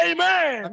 Amen